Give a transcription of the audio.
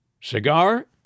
Cigar